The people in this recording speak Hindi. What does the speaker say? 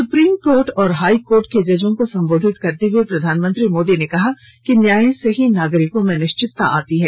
सुप्रीम कोर्ट और हाईकोर्ट के जजों को संबोधित करते हुए प्रधानमंत्री मोदी ने कहा कि न्याय से ही नागरिकों में निश्चितता आती है